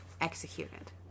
executed